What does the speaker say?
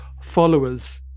followers